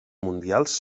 mundials